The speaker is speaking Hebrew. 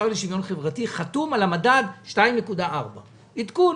השר לשוויון חברתי חתום על מדד 2.4% - עדכון.